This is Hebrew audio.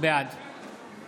בעד